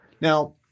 Now